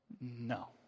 no